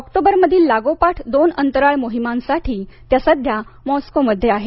ऑक्टोबरमधील लागोपाठ दोन अंतराळ मोहिमांसाठी त्या सध्या मोस्कोमध्ये आहेत